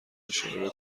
اشاره